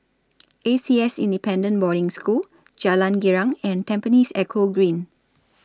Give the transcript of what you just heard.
A C S Independent Boarding School Jalan Girang and Tampines Eco Green